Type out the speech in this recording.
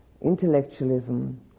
intellectualism